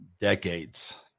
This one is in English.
decades